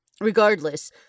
regardless